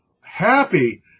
happy